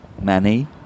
Manny